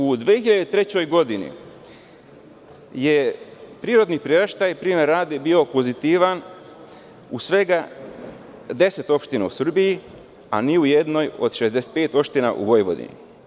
U 2003. godini je prirodni priraštaj bio pozitivan, uz svega 10 opština u Srbiji, a ni u jednoj od 65 opština u Vojvodini.